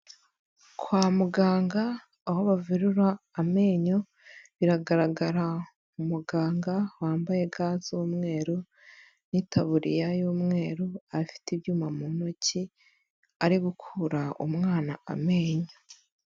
Kwa muganga aho bavururira amenyo haragaragara umuganga wambaye ga z'umweru n'itaburiya y'umweru afite ibyuma mu ntoki ari gukura umwana amenyo.